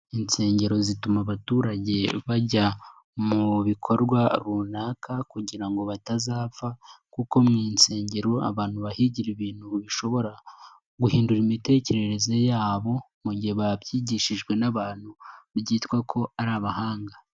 Insengero zituma abaturage bajya mu bikorwa runaka kugira ngo batazapfa, kuko mu nsengero abantu bahigira ibintu bishobora guhindura imitekerereze yabo mu gihe babyigishijwe n'abantu byitwa ko ari abahanga.